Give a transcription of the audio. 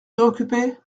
préoccupé